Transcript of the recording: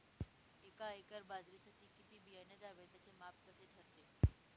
एका एकर बाजरीसाठी किती बियाणे घ्यावे? त्याचे माप कसे ठरते?